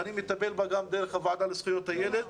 ואני מטפל בה דרך הוועדה לזכויות הילד,